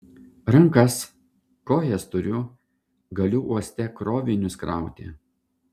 rankas kojas turiu galiu uoste krovinius krauti